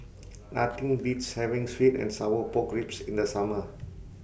Nothing Beats having Sweet and Sour Pork Ribs in The Summer